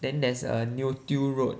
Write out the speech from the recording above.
then there's a Neo Tiew road